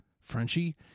Frenchie